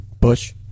Bush